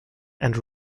and